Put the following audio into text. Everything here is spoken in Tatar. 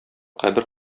кабер